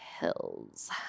Hills